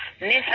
miss